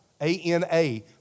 A-N-A